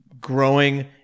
growing